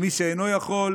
לבין מי שאינו יכול והוא נשאר